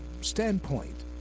standpoint